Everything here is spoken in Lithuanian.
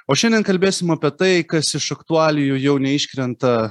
o šiandien kalbėsim apie tai kas iš aktualijų jau neiškrenta